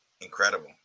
incredible